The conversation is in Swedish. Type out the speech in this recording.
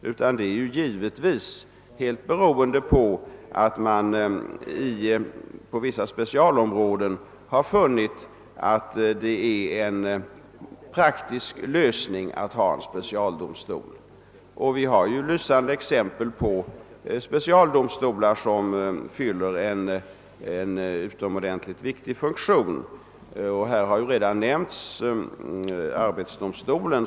Åtgärden har givetvis helt berott på att man på vissa specialområden funnit att en specialdomstol är en praktisk lösning. Vi har ju lysande exempel på specialdomstolar som fyller en utomordentligt viktig funktion — här har redan nämnts arbetsdomstolen.